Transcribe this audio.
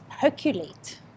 Percolate